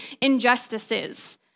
injustices